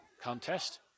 contest